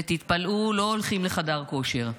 ותתפלאו, לא הולכים לחדר כושר.